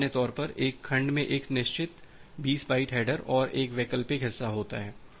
सामान्य तौर पर एक खंड में एक निश्चित 20 बाइट हैडर और एक वैकल्पिक हिस्सा होता है